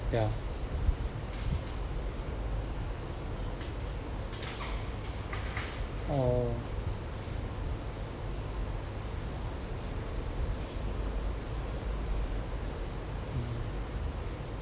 ya um